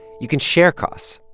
you can share costs.